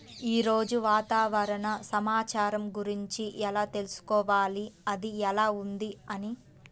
ఈరోజు వాతావరణ సమాచారం గురించి ఎలా తెలుసుకోవాలి అది ఎలా ఉంది అని?